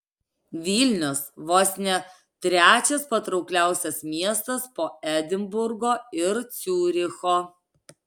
vilnius vos ne trečias patraukliausias miestas po edinburgo ir ciuricho